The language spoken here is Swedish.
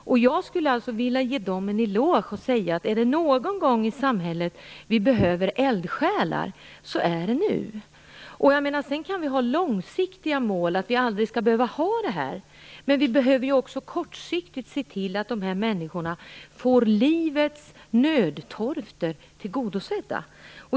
Jag skulle vilja ge dem en eloge, och säga att om det är någon gång samhället behöver eldsjälar så är det nu. Vi kan ha det långsiktiga målet att detta inte skall behövas, men vi måste också kortsiktigt se till att dessa människor får sitt behov av livets nödtorft tillgodosett.